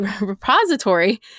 repository